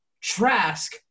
Trask